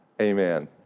Amen